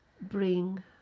bring